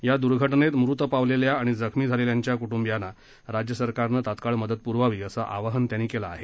या घटनेत मृत पावलेल्या आणि जखमी झालेल्यांच्या क्टंबियांना राज्य सरकारनं तत्काळ मदत प्रवावी असं आवाहन त्यांनी केलं आहे